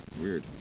Weird